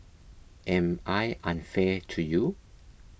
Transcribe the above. am I unfair to you